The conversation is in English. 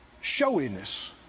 showiness